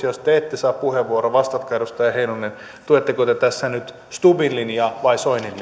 jos te edustaja zyskowicz ette saa puheenvuoroa niin vastatkaa edustaja heinonen tuetteko te tässä nyt stubbin linjaa vai soinin